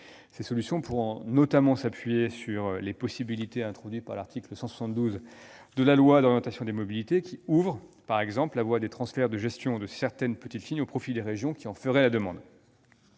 Ces solutions pourront notamment s'appuyer sur les possibilités introduites par l'article 172 de la LOM, qui ouvre par exemple la voie à des transferts de gestion de certaines petites lignes au profit des régions qui en feraient la demande.